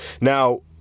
now